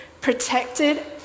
protected